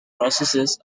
processes